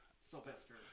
Sylvester